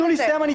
תנו לי לסיים.